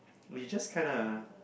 it's just kinda